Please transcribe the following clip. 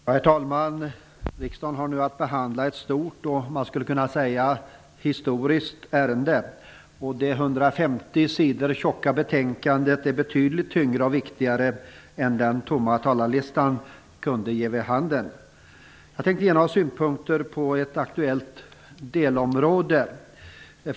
Herr talman! Riksdagen har nu att behandla ett stort och, man skulle kunna säga, historiskt ärende. Det 150 sidor tjocka betänkandet är betydligt tyngre och viktigare än den tomma talarlistan ger vid handen. Jag tänkte ge några synpunkter på ett aktuellt delområde.